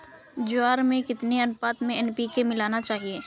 ज्वार में कितनी अनुपात में एन.पी.के मिलाना चाहिए?